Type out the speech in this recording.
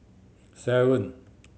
seven